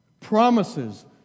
promises